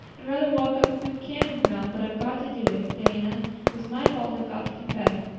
i'd rather walk up to a cannon's mouth. but i've got to do it, diana. it was my fault and i've got to confess.